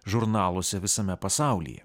žurnaluose visame pasaulyje